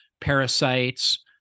parasites